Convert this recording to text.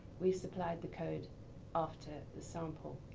we've supplied the code after the sample.